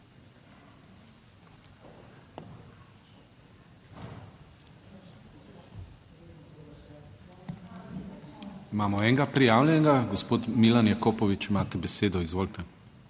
Imamo enega prijavljenega, gospod Milan Jakopovič, imate besedo. Izvolite.